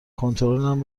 کنترلم